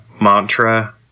mantra